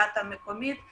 דאטה מקומית,